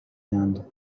hand